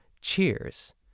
Cheers